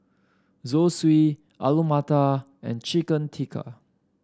Zosui Alu Matar and Chicken Tikka